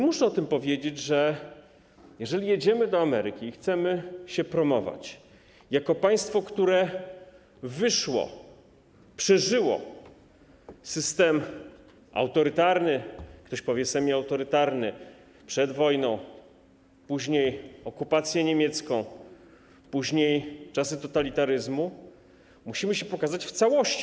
Muszę o tym powiedzieć, że jeżeli jedziemy do Ameryki i chcemy się promować jako państwo, które wyszło, przeżyło system autorytarny, ktoś powie semiautorytarny, przed wojną, później okupację niemiecką, później czasy totalitaryzmu, to musimy się pokazać w całości.